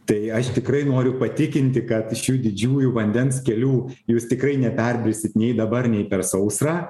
tai aš tikrai noriu patikinti kad šių didžiųjų vandens kelių jūs tikrai neperbrisit nei dabar nei per sausrą